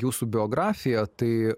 jūsų biografiją tai